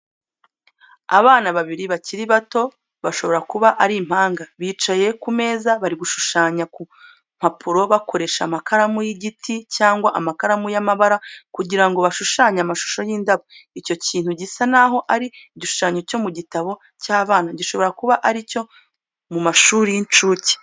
Abana babiri bakiri bato, bashobora kuba ari impanga, bicaye ku meza, bari gushushanya ku mpapuro bakoresha amakaramu y'igiti cyangwa amakaramu y'amabara kugira ngo bashushanye amashusho y'indabo. Icyo kintu gisa naho ari igishushanyo cyo mu gitabo cy'abana, gishobora kuba ari icyo mu mashuri y'incuke.